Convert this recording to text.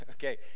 Okay